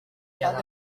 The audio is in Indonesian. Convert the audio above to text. yang